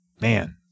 Man